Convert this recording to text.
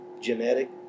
genetic